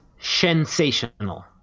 Sensational